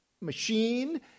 machine